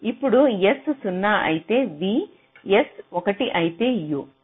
ఇప్పుడు s 0 అయితే v s 1 అయితే u